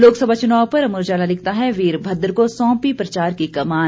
लोकसभा चुनाव पर अमर उजाला लिखता है वीरभद्र को सौंपी प्रचार की कमान